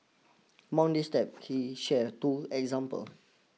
amongst these steps he shared two examples